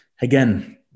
again